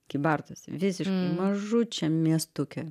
kybartuose visiškai mažučiam miestuke